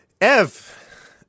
Ev